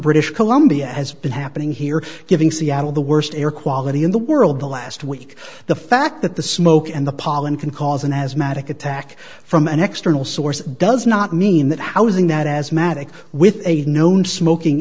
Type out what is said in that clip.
british columbia has been happening here giving seattle the worst air quality in the world the last week the fact that the smoke and the pollen can cause an asthmatic attack from an xterm all source does not mean that housing that asthmatic with a known smoking